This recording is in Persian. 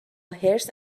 حرص